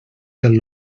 del